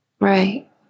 Right